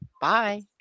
Bye